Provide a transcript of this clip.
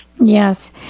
Yes